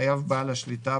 חייב בעל שליטה,